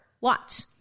watch